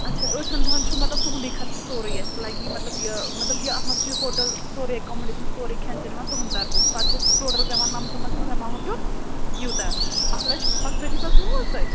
اَچھا ٲٹھ دۄہَن چھُو مطلب تُہُنٛدُے خرچہٕ سورُے اَسہِ لَگہِ ہی مطلب یہ مطلب یہِ اَتھ منٛز چھِ ہوٹَل سورُے اٮ۪کامڈیشَن سورُے کھٮ۪ن چٮ۪ن یِوان تُہٕنٛدِ طرفہٕ پَتہٕ چھِ اَسہِ ٹوٹَل پٮ۪وان لمسمس منٛز ایماوُنٛٹ دیُن یوٗتاہ اَکھ لَچھ پانٛژتٲجی ساس ووٚنوٕ حظ تۄہہِ